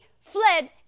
fled